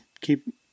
keep